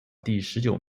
第十九